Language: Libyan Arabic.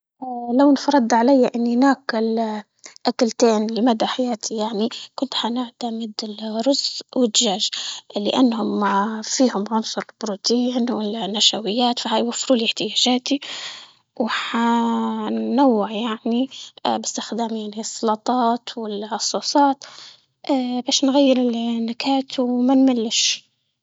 آآ لو انفرد علي إني ناقل آآ أكلتين لمدى حياتي يعني كنت هنعتمد الرز والدجاج، لأنهم آآ فيهم عنصر بروتين والنشويات فهيوفوا لي في حياتي، يعني آآ باستخدام السلطات اه باش نغير النكهات وما نملش.